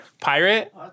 Pirate